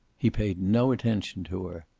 he paid no attention to her.